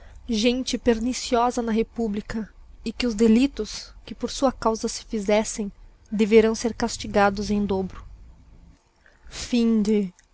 gente perniciosa na republica e que os delidos que por sua causa se fizessem jevêrao ser castigados em dobro fabula xv o